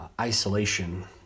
isolation